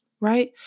right